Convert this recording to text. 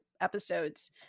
episodes